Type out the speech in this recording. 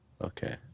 okay